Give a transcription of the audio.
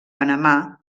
panamà